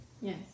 Yes